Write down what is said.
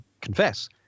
confess